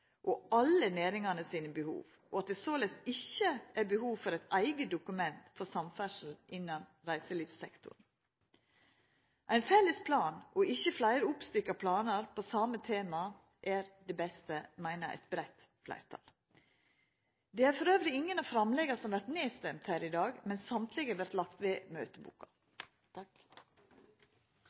og alle behova til næringane, og at det såleis ikkje er behov for eit eige dokument for samferdsel innan reiselivssektoren. Ein felles plan, ikkje fleire oppstykka planar om same temaet, meiner eit breitt fleirtal er det beste. Det er elles ingen av framlegga som vert nedstemde her i dag, men alle vert lagte ved møteboka.